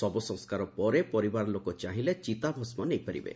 ଶବ ସଂସ୍କାର ପରେ ପରିବାର ଲୋକେ ଚାହିଁଲେ ଚିତାଭସ୍କ ନେଇପାରିବେ